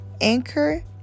anchor